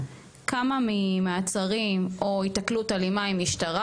כמה מהמעצרים או היתקלות אלימה עם משטרה